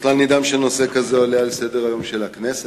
אני נדהם שנושא כזה בכלל עולה על סדר-היום של הכנסת,